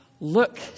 Look